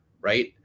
right